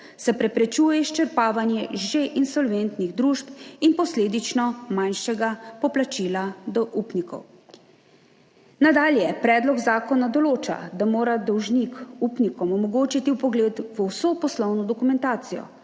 se preprečuje izčrpavanje že insolventnih družb in posledično manjšega poplačila upnikov. Nadalje predlog zakona določa, da mora dolžnik upnikom omogočiti vpogled v vso poslovno dokumentacijo,